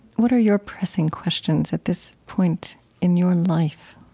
what are your pressing questions at this point in your life?